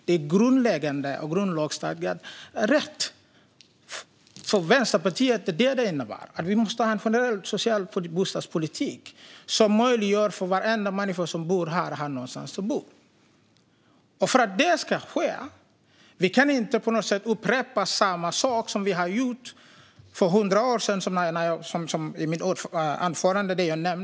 Det är en grundlagsstadgad rätt. För Vänsterpartiet innebär detta att vi måste ha en generell social bostadspolitik som möjliggör för varenda människa som finns här att ha någonstans att bo. För att detta ska ske kan vi inte upprepa samma sak som vi gjorde för hundra år sedan, som jag nämnde i mitt anförande.